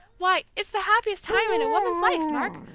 why, it's the happiest time in a woman's life, mark!